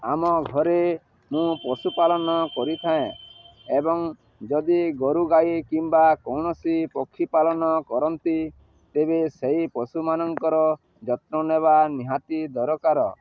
ଆମ ଘରେ ମୁଁ ପଶୁପାଳନ କରିଥାଏ ଏବଂ ଯଦି ଗୋରୁଗାଈ କିମ୍ବା କୌଣସି ପକ୍ଷୀପାଳନ କରନ୍ତି ତେବେ ସେହି ପଶୁମାନଙ୍କର ଯତ୍ନ ନେବା ନିହାତି ଦରକାର